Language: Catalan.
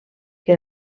que